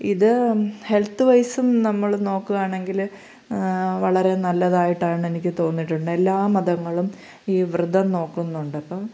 ഇത് ഹെൽത്ത്വൈസും നമ്മൾ നോക്കുകയാണെങ്കിൽ വളരെ നല്ലതായിട്ടാണെനിക്ക് തോന്നിയിട്ടുണ്ട് എല്ലാ മതങ്ങളും ഈ വ്രതം നോക്കുന്നുണ്ട് അപ്പം